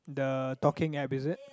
the talking app is it